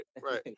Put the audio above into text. right